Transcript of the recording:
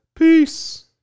Peace